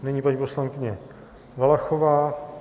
Nyní paní poslankyně Valachová.